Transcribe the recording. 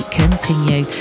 continue